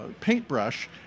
paintbrush